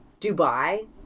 Dubai